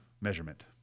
measurement